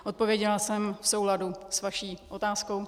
Odpověděla jsem v souladu s vaší otázkou?